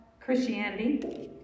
Christianity